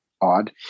odd